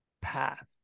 path